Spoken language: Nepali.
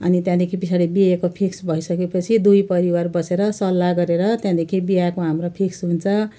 अनि त्यहाँदेखि पछाडि बिहेको फिक्स भइसकेपछि दुई परिवार बसेर सल्लाह गरेर त्यहाँदेखि बिहाको हाम्रो फिक्स हुन्छ